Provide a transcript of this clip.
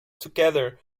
together